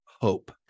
hope